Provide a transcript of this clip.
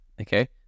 okay